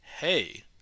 hey